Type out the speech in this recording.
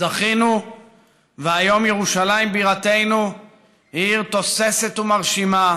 זכינו והיום ירושלים בירתנו היא עיר תוססת ומרשימה,